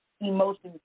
emotions